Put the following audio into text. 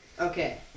Okay